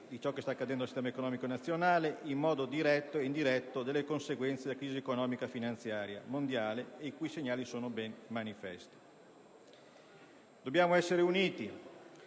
di ciò che sta accadendo al sistema economico nazionale, in modo diretto e indiretto alle conseguenze della crisi economico-finanziaria mondiale, i cui segnali sono ben manifesti. Dobbiamo essere uniti,